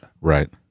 Right